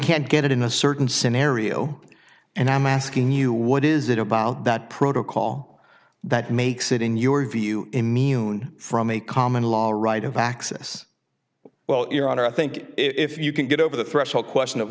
can't get it in a certain scenario and i'm asking you what is it about that protocol that makes it in your view immune from a common law right of access well your honor i think if you can get over the threshold question of